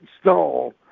stall